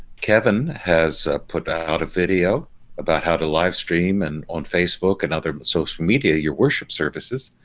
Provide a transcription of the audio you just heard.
kevin has put out a video about how to livestream and on facebook and other but social media your worship services.